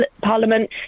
parliament